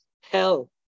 hell